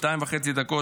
שתיים וחצי דקות,